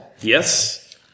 Yes